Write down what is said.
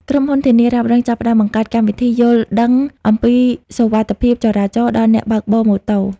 ក្រុមហ៊ុន ធានារ៉ាប់រង ចាប់ផ្ដើមបង្កើតកម្មវិធីយល់ដឹងអំពីសុវត្ថិភាពចរាចរណ៍ដល់អ្នកបើកបរម៉ូតូ។